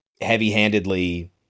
heavy-handedly